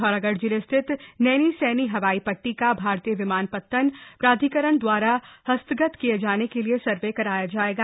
पिथौरागढ़ जिले स्थित नैनीसैनी हवाई पट्टी का भारतीय विमानपत्तन प्राधिकरण दवारा हस्तगत किए जाने के लिए सर्वे किया जाएगा